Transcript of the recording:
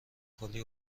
کلی